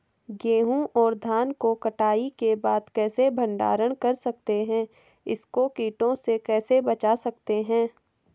गेहूँ और धान को कटाई के बाद कैसे भंडारण कर सकते हैं इसको कीटों से कैसे बचा सकते हैं?